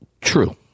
True